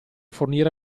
fornire